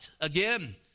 again